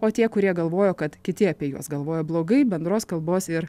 o tie kurie galvojo kad kiti apie juos galvoja blogai bendros kalbos ir